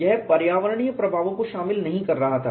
यह पर्यावरणीय प्रभावों को शामिल नहीं कर रहा था